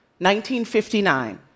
1959